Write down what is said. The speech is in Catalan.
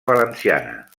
valenciana